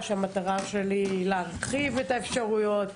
שהמטרה שלי היא להרחיב את האפשרויות.